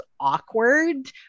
awkward